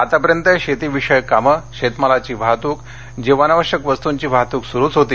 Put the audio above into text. आतापर्यंत शेतीविषयक कामे शेतमालाची वाहतूक जीवनावश्यक वस्तूंची वाहतूक सुरुच होती